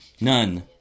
None